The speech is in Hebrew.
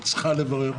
היא צריכה לברר.